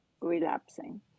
relapsing